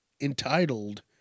entitled